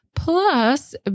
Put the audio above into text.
plus